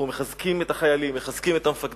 אנחנו מחזקים את החיילים, מחזקים את המפקדים,